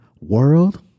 world